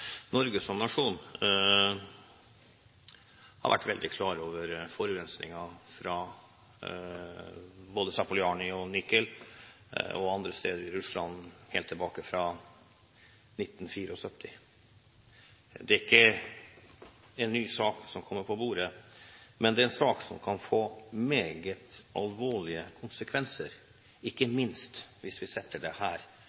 Norge som nasjon har vært veldig klar over forurensningene fra både Zapoljarnij og Nikel og andre steder i Russland helt tilbake fra 1974. Det er ikke en ny sak som kommer på bordet, men det er en sak som kan få meget alvorlige konsekvenser, ikke